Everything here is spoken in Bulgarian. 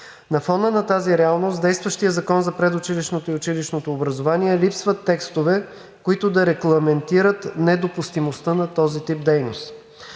На фона на тази реалност в действащия Закон за предучилищното и училищното образование липсват текстове, които да регламентират недопустимостта на този тип дейност.